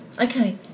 Okay